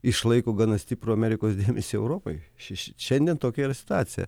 išlaiko gana stiprų amerikos dėmesį europai šiandien tokia ir situacija